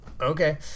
okay